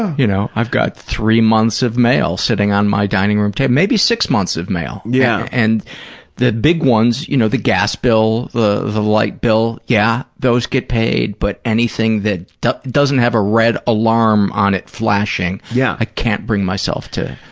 you know, i've got three months of mail sitting on my dining-room table, maybe six months of mail. yeah. and the big ones, you know, the gas bill, the the light bill, yeah, those get paid, but anything that doesn't have a red alarm on it flashing, yeah i can't bring myself to.